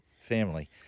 family